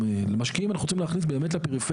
משקיעים אנחנו באמת צריכים להכניס לפריפריה